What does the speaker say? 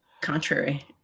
Contrary